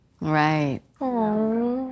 Right